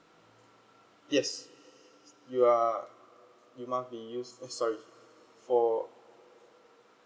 yes you are you must be used eh sorry for